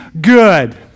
good